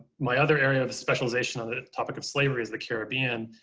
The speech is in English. my other area of specialization on the topic of slavery is the caribbean.